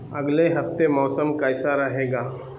اگلے ہفتے موسم کیسا رہے گا